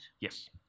Yes